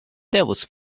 devus